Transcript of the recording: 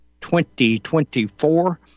2024